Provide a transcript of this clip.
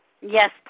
Yes